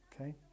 Okay